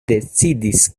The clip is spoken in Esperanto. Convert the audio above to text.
decidis